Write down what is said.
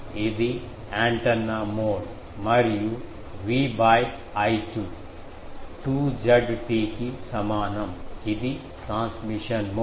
ఇది antenna mode మరియు V by I2 2 Zt కి సమానం ఇది ట్రాన్స్మిషన్ మోడ్